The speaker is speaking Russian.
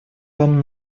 вам